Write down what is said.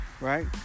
right